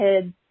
kids